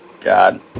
God